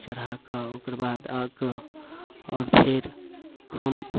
चढ़ा कऽ ओकर बाद आ कऽ आओर फेर हम